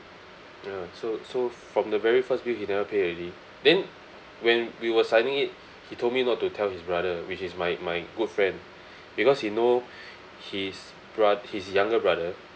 ya so so from the very first bill he never pay already then when we were signing it he told me not to tell his brother which is my my good friend because he know his bro~ his younger brother